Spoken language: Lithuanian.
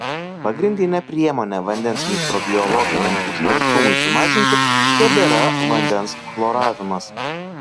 pagrindinė priemonė vandens mikrobiologiniam užterštumui sumažinti tebėra vandens chloravimas